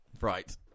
Right